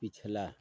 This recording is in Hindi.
पिछला